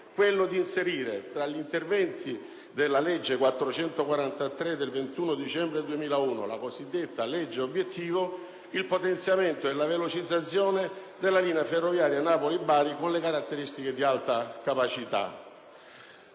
l'impegno di inserire tra gli interventi della legge 21 dicembre 2001 n. 443 (la cosiddetta legge obiettivo) il potenziamento e la velocizzazione della linea ferroviaria Napoli-Bari con le caratteristiche di linea ad Alta capacità.